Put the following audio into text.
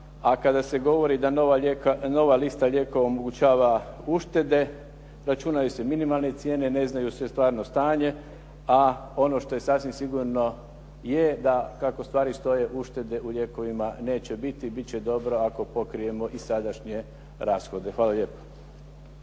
a kada se govori da nova lista lijekova omogućava uštede, računaju se minimalne cijene, ne znaju se stvarno stanje, a ono što je sasvim sigurno je da je kako stvari stoje, uštede u lijekovima neće biti. Biti će dobro ako pokrijemo i sadašnje rashode. Hvala lijepo.